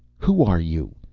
who are you?